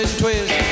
twist